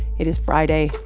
it is friday,